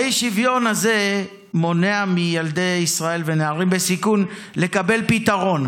האי-שוויון הזה מונע מילדי ישראל ומנערים בסיכון לקבל פתרון.